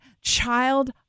child